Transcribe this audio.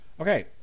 Okay